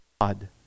God